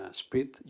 speed